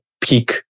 peak